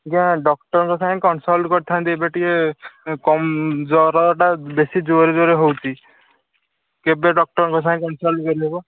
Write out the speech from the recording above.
ଆଜ୍ଞା ଡକ୍ଟର ଙ୍କ ସାଙ୍ଗରେ କନ୍ସଳ୍ଟ କରିଥାନ୍ତି ଏବେ ଟିକେ କମ୍ ଜର ଟା ବେଶୀ ଜୋରେ ଜୋରେ ହେଉଛି କେବେ ଡକ୍ଟର ଙ୍କ ସାଙ୍ଗରେ କନ୍ସଳ୍ଟ କରିହେବ